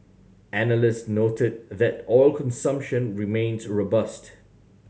analyst noted that oil consumption remains robust